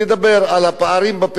על הפערים בפריפריה.